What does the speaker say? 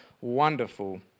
wonderful